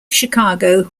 chicago